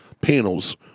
panels